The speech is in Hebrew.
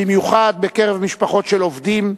במיוחד בקרב משפחות של עובדים,